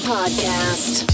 Podcast